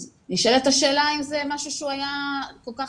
אז נשאלת השאלה אם זה משהו שהיה כל כך